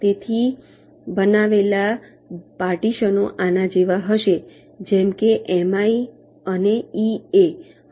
તેથી બનાવેલ પાર્ટીશનો આના જેવા હશે જેમ કે m i અને e a